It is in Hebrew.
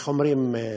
איך אומרים,